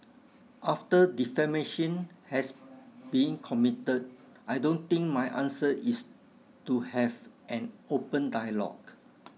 after defamation has been committed I don't think my answer is to have an open dialogue